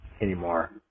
anymore